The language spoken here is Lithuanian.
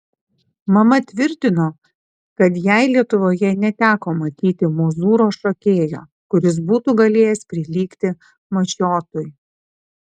mama tvirtino kad jai lietuvoje neteko matyti mozūro šokėjo kuris būtų galėjęs prilygti mašiotui